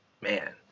man